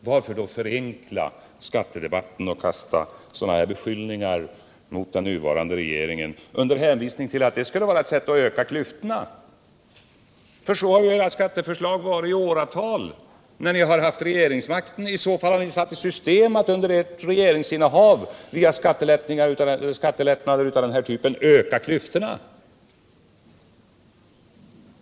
Varför då förenkla skattedebatten och kasta fram sådana här beskyllningar mot den nuvarande regeringen och säga att detta är ett sätt att öka klyftorna? Sådana har ju era skatteförslag varit i åratal, när ni har haft regeringsmakten. Och i så fall har ni under ert regeringsinnehav satt i system att via skattelättnader av denna typ öka klyftorna!